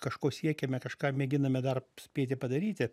kažko siekiame kažką mėginame dar spėti padaryti